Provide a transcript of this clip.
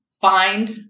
find